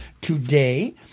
today